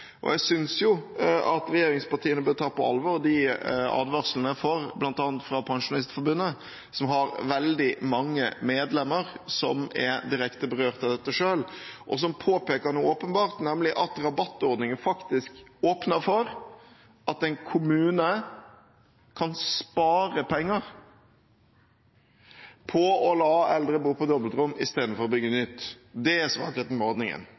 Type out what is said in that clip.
ikke. Jeg synes at regjeringspartiene bør ta på alvor de advarslene en får, bl.a. fra Pensjonistforbundet, som har veldig mange medlemmer som er direkte berørt av dette selv, og som påpeker noe åpenbart, nemlig at rabattordningen faktisk åpner for at en kommune kan spare penger på å la eldre bo på dobbeltrom istedenfor å bygge nytt. Det er